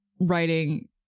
writing